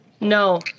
No